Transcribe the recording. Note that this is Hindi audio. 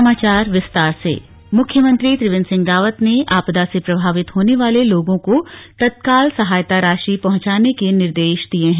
समीक्षा मुख्यमंत्री त्रिवेन्द्र सिंह रावत ने आपदा से प्रभावित होने वाले लोगों को तत्काल सहायता राशि पहुंचाने के निर्देश दिए हैं